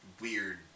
weird